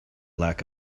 lack